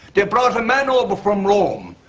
they brought a man over from rome,